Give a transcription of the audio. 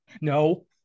No